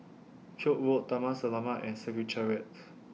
Koek Road Taman Selamat and Secretariat